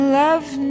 love